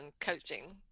coaching